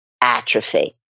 atrophy